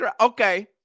Okay